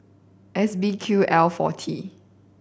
S B Q L forty